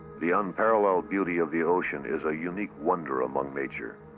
the unparalleled beauty of the ocean is a unique wonder among nature.